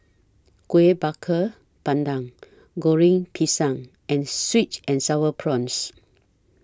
Kueh Bakar Pandan Goreng Pisang and Sweet and Sour Prawns